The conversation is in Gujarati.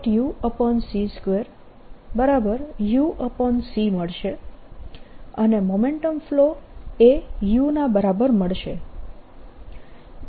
uc2uc મળશે અને મોમેન્ટમ ફ્લો એ u ના બરાબર મળશે